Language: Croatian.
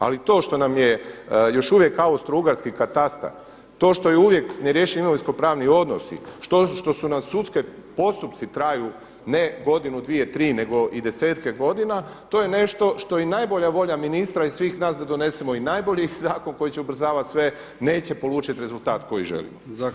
Ali to što nam je još uvijek austro-ugarski katastar, to što je uvijek ne riješeni imovinsko pravni odnosi, što su nam sudski postupci traju ne godinu, dvije, tri nego i desetke godina to je nešto što i najbolja volja ministra i svih nas da donesemo i najbolji zakon koji će ubrzavati sve neće polučiti rezultat koji želimo.